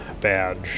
badge